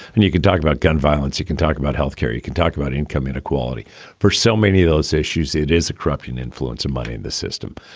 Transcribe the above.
and you can talk about gun violence you can talk about health care you can talk about income inequality for so many of those issues it is a corrupting influence of money in the system.